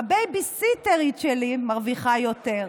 הבייביסיטרית שלי מרוויחה יותר.